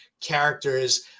characters